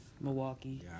Milwaukee